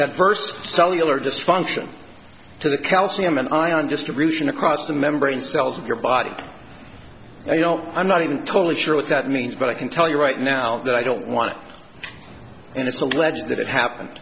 that first cellular dysfunction to the calcium an eye on distribution across the membrane cells of your body i don't i'm not even totally sure what that means but i can tell you right now that i don't want to and it's alleged that it happened